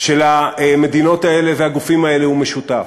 של המדינות האלה והגופים האלה הוא משותף,